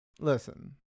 listen